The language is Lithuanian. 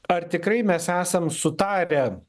ar tikrai mes esam sutarę